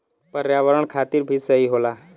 पर्यावरण खातिर भी सही होला